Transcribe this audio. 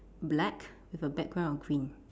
black with a background of green